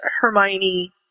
Hermione